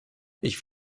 ich